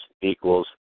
equals